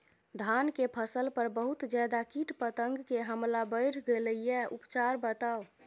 धान के फसल पर बहुत ज्यादा कीट पतंग के हमला बईढ़ गेलईय उपचार बताउ?